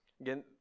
again